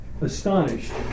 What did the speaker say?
astonished